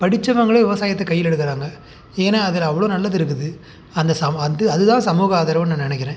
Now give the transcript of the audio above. படித்தவங்களே விவசாயத்தை கையில் எடுக்கிறாங்க ஏன்னால் அதில் அவ்வளோ நல்லது இருக்குது அந்த சம் வந்து அதுதான் சமூக ஆதரவுன்னு நான் நினைக்கிறேன்